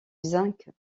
zinc